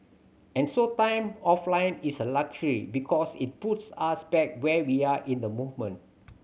and so time offline is a luxury because it puts us back where we are in the movement